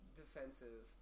defensive